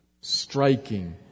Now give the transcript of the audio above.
striking